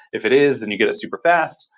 if it is, then you get it superfast.